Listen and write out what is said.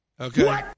Okay